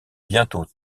bientôt